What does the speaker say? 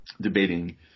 debating